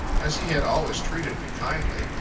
as he had always treated me kindly.